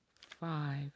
five